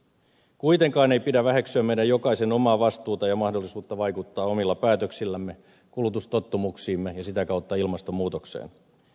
kuitenkaan ei pidä väheksyä meidän jokaisen omaa vastuuta ja mahdollisuutta vaikuttaa omilla päätöksillämme kulutustottumuksiimme ja sitä kautta ilmastonmuutokseen